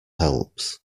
helps